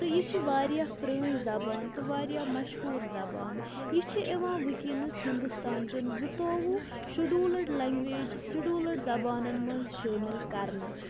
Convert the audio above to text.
تہٕ یہِ چھِ واریاہ پرٛٲنۍ زبان تہٕ واریاہ مشہوٗر زبان یہِ چھِ یِوان وٕنۍکٮ۪نَس ہِندُستانچن زٕتووُہ شڈوٗلٕڈ لنٛگویج شڈوٗلٕڈ زبانن منٛز شٲمِل کرنہٕ